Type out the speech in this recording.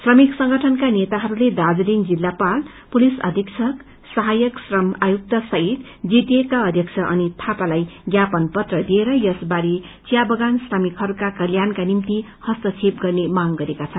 श्रमिक संगठनका नेताहरूले दार्जीलिङ जिल्लापाल पुलिस अधीक्षक सहायक श्रम आयुक्त सहित जीटिए का अध्यक्ष अनित थापालाई ज्ञापन पत्र दिएर यसबारे चिा बगान श्रमिकहरूका कल्याणका निम्ति हस्तक्षेप गर्ने मांग गरेका छन्